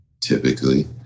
typically